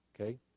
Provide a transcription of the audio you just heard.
okay